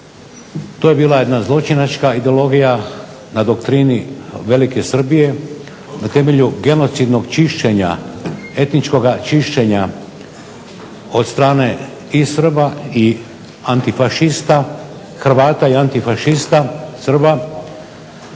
To je bila jedna zločinačka ideologija na doktrini velike Srbije, na temelju genocidnog čišćenja, etničkoga čišćenja od strane i Srba i antifašista, Hrvata i antifašista Srba